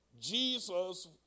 Jesus